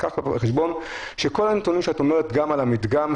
קחו בחשבון שכל הנתונים שאת אומרת גם על המדגם,